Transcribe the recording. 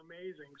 amazing